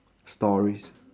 stories